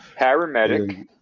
Paramedic